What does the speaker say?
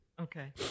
Okay